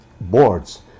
boards